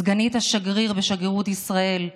סגנית השגריר בשגרירות ישראל בקהיר,